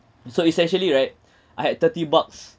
so essentially right I had thirty bucks